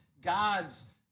God's